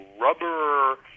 rubber